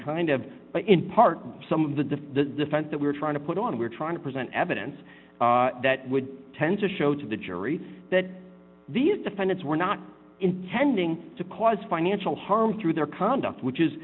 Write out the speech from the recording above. kind of in part some of the defense that we're trying to put on we're trying to present evidence that would tend to show to the jury that these defendants were not intending to cause financial harm through their conduct which is